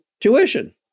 tuition